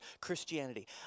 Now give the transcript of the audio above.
Christianity